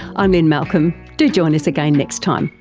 i'm lynne malcolm, do join us again next time.